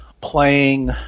playing